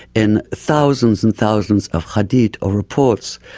in thousands and thousands of hadith or reports,